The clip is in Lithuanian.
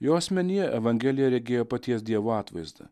jo asmenyje evangelija regėjo paties dievo atvaizdą